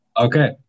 okay